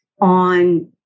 on